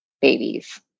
babies